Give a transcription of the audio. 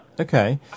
Okay